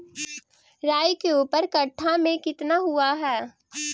राई के ऊपर कट्ठा में कितना हुआ है?